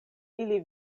ili